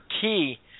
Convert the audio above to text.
key